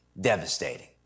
devastating